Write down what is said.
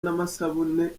n’amasabune